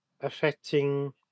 affecting